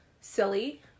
silly